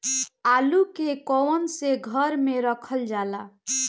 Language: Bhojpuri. आलू के कवन से घर मे रखल जाला?